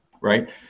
right